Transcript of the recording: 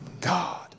God